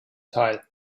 teil